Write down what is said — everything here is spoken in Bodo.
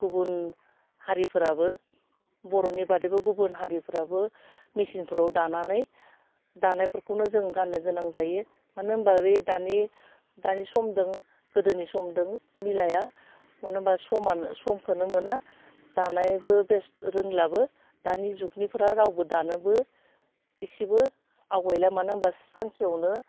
गुबुन हारिफोराबो बर'नि बादैबो गुबुन हारिफ्राबो मिचिनफ्राव दानानै दानायफोरखौनो जों गाननो गोनां जायो मानो होमबा बे दानि दानि समदों गोदोनि समदों मिलाया मानो होनबा समा समखौनो मोना दानायबो बेस्ट रोंलाबो दानि जुगनिफोरा रावबो दानोबो एसेबो आवगायला मानो होनबा सानसेआवनो